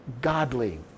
godly